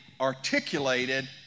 articulated